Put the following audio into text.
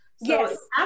yes